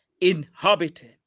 inhabited